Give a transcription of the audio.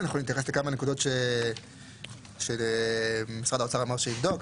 אנחנו נתייחס לכמה נקודות שמשרד האוצר אמר שיבדוק,